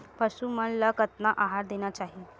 पशु मन ला कतना आहार देना चाही?